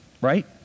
right